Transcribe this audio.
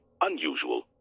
Unusual